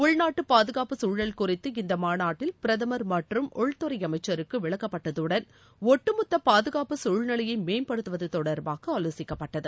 உள்நாட்டுப் பாதுகாப்புச் தழல் குறித்து இந்த மாநாட்டில் பிரதமர் மற்றும் உள்துறை அமைச்சருக்கு விளக்கப்பட்டதுடன் ஒட்டுமொத்த பாதுகாப்பு தழ்நிலையை மேம்படுத்துவது தொடர்பாக ஆலோசிக்கப்பட்டது